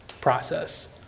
process